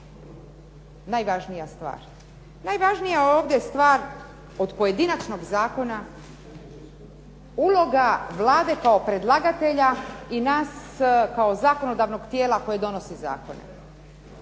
najvažnija stvar. Najvažnija ovdje stvar od pojedinačnog zakona, uloga Vlade kao predlagatelja i nas kao zakonodavnog tijela koje donosi zakone.